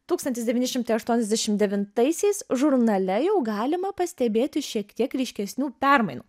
tūkstantis devyni šimtai aštuoniasdešimt devintaisiais žurnale jau galima pastebėti šiek tiek ryškesnių permainų